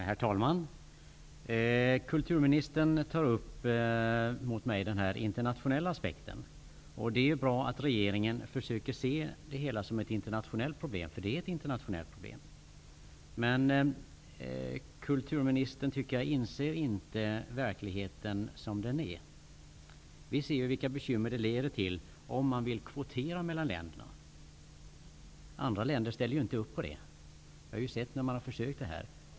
Herr talman! Kulturministern tar upp den internationella aspekten. Det är bra att regeringen försöker se det hela som ett internationellt problem, för det är ett internationellt problem. Men jag tycker inte att kulturministern inser hur verkligheten är. Vi har sett vilka bekymmer det leder till om vi kvoterar mellan länderna. Alla länder ställer inte upp på det. Det har vi sett när vi försökt med kvotering.